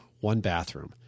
one-bathroom